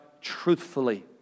truthfully